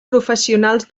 professionals